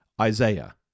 Isaiah